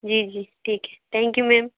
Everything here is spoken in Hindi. जी जी ठीक है थैंक यू मैम